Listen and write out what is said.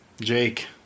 Jake